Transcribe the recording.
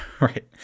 Right